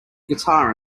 guitar